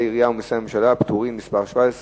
העירייה ומסי הממשלה (פטורין) (מס' 17),